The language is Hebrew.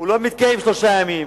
לא מתקיים שלושה ימים,